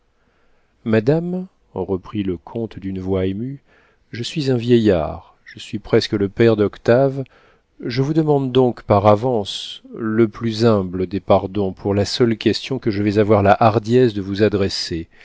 madame reprit le comte d'une voix émue je suis un vieillard je suis presque le père d'octave je vous demande donc par avance le plus humble des pardons pour la seule question que je vais avoir la hardiesse de vous adresser